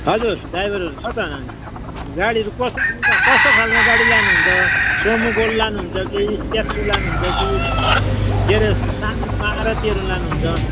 हजुर ड्राइभरहरू छ त नानी गाडीहरू कस्तो खालमा कस्तो खालको गाडी लानुहुन्छ सोमो गोल्ड लानुहुन्छ कि स्पेसियो लानुहुन्छ कि के अरे सानो मारुतीहरू लानुहुन्छ